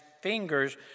fingers